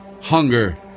hunger